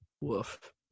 Woof